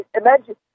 Imagine